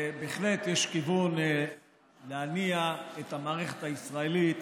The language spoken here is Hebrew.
ובהחלט יש רצון להניע את המערכת הישראלית